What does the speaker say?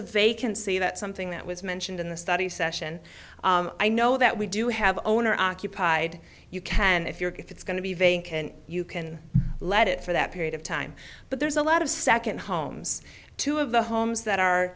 a vacancy that something that was mentioned in the study session i know that we do have owner occupied you can if your if it's going to be vacant you can let it for that period of time but there's a lot of second homes two of the homes that are